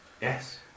Yes